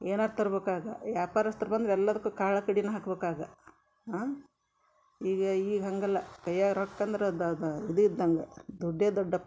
ಏನಾರು ತರ್ಬೇಕಾಗ ಯಾಪಾರಸ್ತ್ರ ಬಂದ್ರೆ ಎಲ್ಲಾದ್ಕು ಕಾಳ ಕಡಿನ ಹಾಕ್ಬೇಕು ಆಗ ಆ ಈಗ ಈಗ ಹಾಗಲ್ಲ ಕೈಯಾಗೆ ರೊಕ್ಕ ಅಂದ್ರೆ ಅದದಾ ಇದು ಇದ್ದಂಗ ದುಡ್ಡೆ ದೊಡ್ಡಪ್ಪ